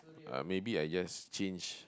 uh maybe I just change